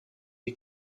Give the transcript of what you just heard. die